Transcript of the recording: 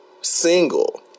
single